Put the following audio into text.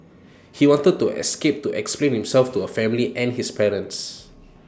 he wanted to escape to explain himself to her family and his parents